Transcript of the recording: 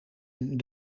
een